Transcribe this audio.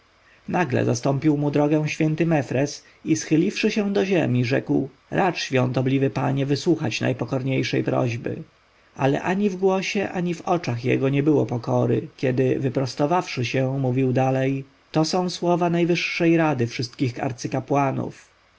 nagle zastąpił mu drogę święty mefres i schyliwszy się do ziemi rzekł racz świątobliwy panie wysłuchać najpokorniejszej prośby ale ani w głosie ani w oczach jego nie było pokory kiedy wyprostowawszy się mówił dalej te są słowa najwyższej rady wszystkich arcykapłanów